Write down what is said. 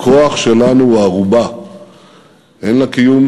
הכוח שלנו הוא ערובה הן לקיום